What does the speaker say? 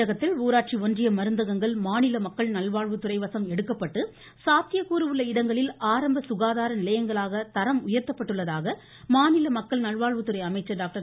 தமிழகத்தில் ஊராட்சி ஒன்றிய மருந்தகங்கள் மாநில மக்கள் நல்வாழ்வு துறைவசம் எடுக்கப்பட்டு சாத்தியக்கூறு உள்ள இடங்களில் ஆரம்ப சுகதார நிலையங்களாக தரம் உயர்த்தப்பட்டுள்ளதாக மாநில மக்கள் நல்வாழ்வுத்துறை அமைச்சர் டாக்டர்